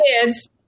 kids